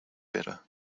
better